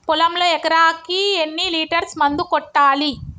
పొలంలో ఎకరాకి ఎన్ని లీటర్స్ మందు కొట్టాలి?